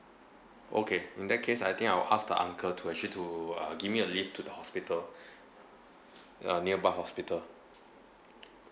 okay in that case I think I'll ask the uncle to actually to uh give me a lift to the hospital uh nearby hospital